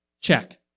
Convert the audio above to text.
check